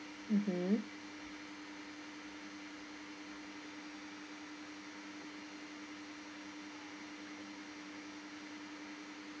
mmhmm